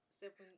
seven